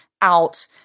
out